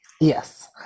Yes